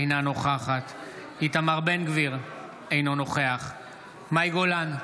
אינה נוכחת איתמר בן גביר, אינו נוכח מאי גולן,